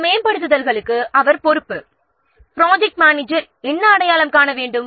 இந்த மேம்படுத்தல்களுக்கு அவர் பொறுப்பு ப்ராஜெக்ட் மேனேஜர் அதை அடையாளம் காண வேண்டும்